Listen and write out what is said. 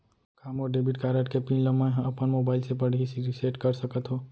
का मोर debit card के पिन ल मैं ह अपन मोबाइल से पड़ही रिसेट कर सकत हो?